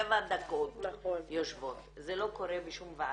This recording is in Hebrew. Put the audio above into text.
דקות יושבות וזה לא קורה בשום ועדה.